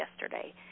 yesterday